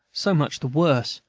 so much the worse,